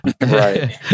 Right